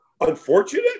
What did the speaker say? unfortunate